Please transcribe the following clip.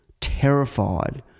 terrified